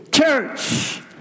Church